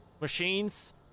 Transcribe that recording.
machines